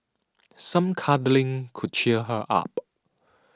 some cuddling could cheer her up